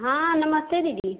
हाँ नमस्ते दीदी